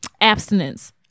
abstinence